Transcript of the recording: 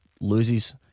Loses